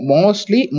Mostly